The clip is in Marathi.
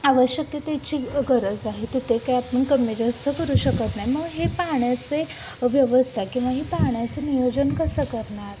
आवश्यकतेची गरज आहे तर ते काय आपण कमी जास्त करू शकत नाही मग हे पाण्याचे व्यवस्था किंवा हे पाण्याचं नियोजन कसं करणार